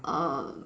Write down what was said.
err